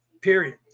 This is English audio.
period